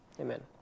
Amen